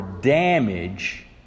damage